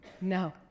No